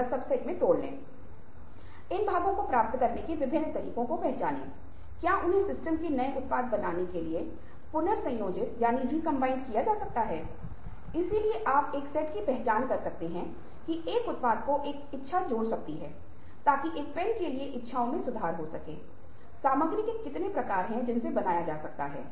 और सबसे महत्वपूर्ण बात यह है कि दूसरों को सुनने के लिए धीरज रखें जब हम बातचीत कर रहे हैं तो यह एकमात्र ऐसा व्यक्ति नहीं है जो बोल रहा है और बोल रहा है और वह बोल रहा है और दूसरे व्यक्ति को अपनी बात रखने का मौका नहीं मिल रहा है